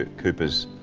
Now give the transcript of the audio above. ah cooperage's